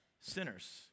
sinners